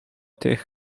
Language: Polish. tych